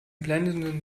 blendenden